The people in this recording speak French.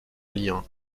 lien